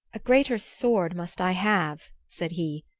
a greater sword must i have, said he,